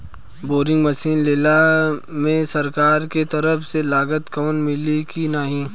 Boring मसीन लेला मे सरकार के तरफ से लागत कवर मिली की नाही?